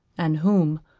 and whom,